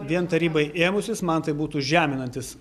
vien tarybai ėmusis man tai būtų žeminantis